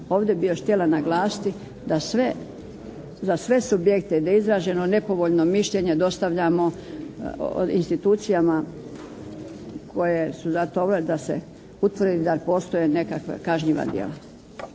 Ovdje bih još htjela naglasiti da sve subjekte, da je izraženo nepovoljno mišljenje dostavljamo institucijama koje su za to … /Govornik se ne razumije./ … da se utvrdi da ne postoje nekakva kažnjiva djela.